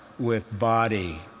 with body,